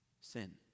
Sin